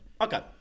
Okay